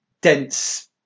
dense